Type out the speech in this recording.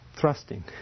thrusting